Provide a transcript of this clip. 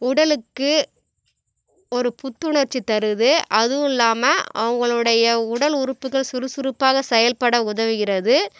உடலுக்கு ஒரு புத்துணர்ச்சி தருது அதுவும் இல்லாமல் அவங்களுடைய உடல் உறுப்புகள் சுறுசுறுப்பாக செயல்பட உதவுகிறது